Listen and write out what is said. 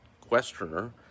Questioner